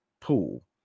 Pool